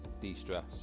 de-stress